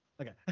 Okay